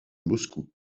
moscou